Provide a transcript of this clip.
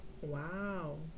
Wow